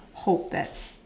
hope that